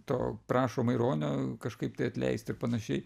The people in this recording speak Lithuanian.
to prašo maironio kažkaip tai atleisti ir panašiai